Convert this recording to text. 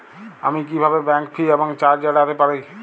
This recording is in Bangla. আমি কিভাবে ব্যাঙ্ক ফি এবং চার্জ এড়াতে পারি?